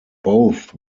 both